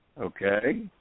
okay